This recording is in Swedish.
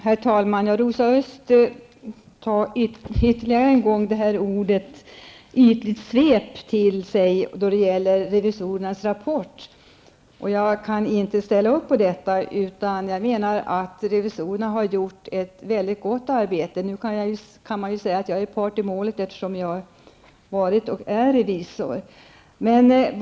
Herr talman! Rosa Östh tar ännu en gång orden ''ytligt svep'' i sin mun när det gäller revisorernas rapport. Ja kan inte ställa upp på det. Jag menar att revisorerna har gjort ett mycket gott arbete. Nu kan det sägas att jag är part i målet, eftersom jag är revisor.